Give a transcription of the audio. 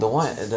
this one's